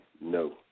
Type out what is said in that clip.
no